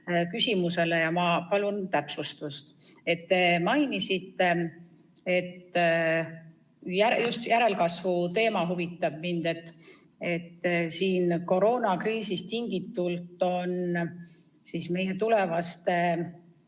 küsimusele ja ma palun täpsustust. Te mainisite – just järelkasvu teema huvitab mind –, et koroonakriisist tingitult on meie tulevaste